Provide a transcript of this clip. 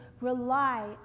rely